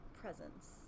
presence